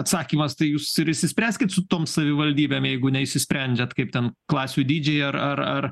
atsakymas tai jūs ir išsispręskit su tom savivaldybėm jeigu neišsisprendžiat kaip ten klasių dydžiai ar ar ar